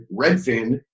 Redfin